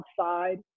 outside